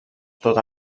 tot